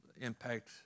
impact